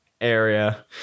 area